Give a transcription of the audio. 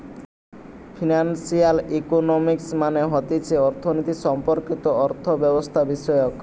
financial economics মানে হতিছে অর্থনীতি সম্পর্কিত অর্থব্যবস্থাবিষয়ক